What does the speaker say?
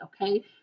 okay